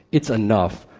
it's enough,